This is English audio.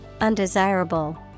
undesirable